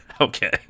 Okay